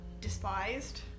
despised